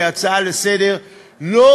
כהצעה לסדר-היום.